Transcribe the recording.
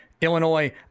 Illinois